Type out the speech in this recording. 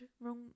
wrong